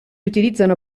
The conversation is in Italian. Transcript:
utilizzano